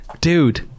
Dude